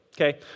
okay